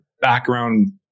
background